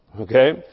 Okay